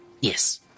Yes